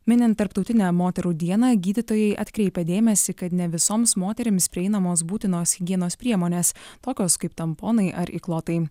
minint tarptautinę moterų dieną gydytojai atkreipia dėmesį kad ne visoms moterims prieinamos būtinos higienos priemonės tokios kaip tamponai ar įklotai